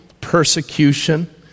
persecution